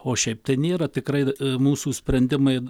o šiaip tai nėra tikrai mūsų sprendimai